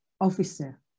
officer